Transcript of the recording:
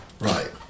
Right